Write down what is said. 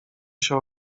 się